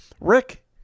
Rick